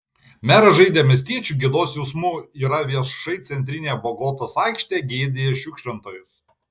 meras žaidė miestiečių gėdos jausmu yra viešai centrinėje bogotos aikštėje gėdijęs šiukšlintojus